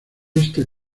este